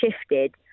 shifted